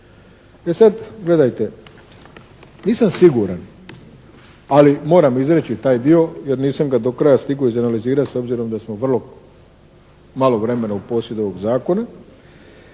E sad gledajte, nisam siguran ali moram izreći taj dio jer nisam ga do kraja stigao izanalizirati s obzirom da smo vrlo malo vremena u posjedu ovog zakona.